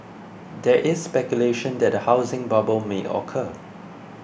there is speculation that a housing bubble may occur